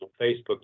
Facebook